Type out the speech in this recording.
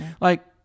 Like-